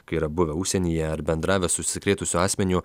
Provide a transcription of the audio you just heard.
kai yra buvę užsienyje ar bendravę su užsikrėtusiu asmeniu